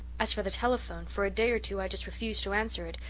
as for the telephone, for a day or two i just refused to answer it,